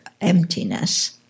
emptiness